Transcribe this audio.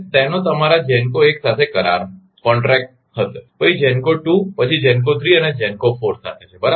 તેનો તમારા GENCO 1 સાથે કરાર હશે પછી GENCO 2 પછી GENCO 3 અને GENCO 4 સાથે છે બરાબર